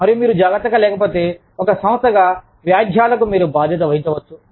మరియు మీరు జాగ్రత్తగా లేకపోతే ఒక సంస్థగా వ్యాజ్యాలకు మీరు బాధ్యత వహించవచ్చు